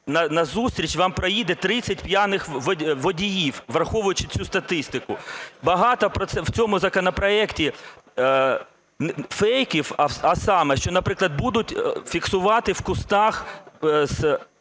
назустріч вам проїде 30 п'яних водіїв, враховуючи цю статистику. Багато в цьому законопроектів фейків, а саме, що, наприклад, будуть фіксувати в кущах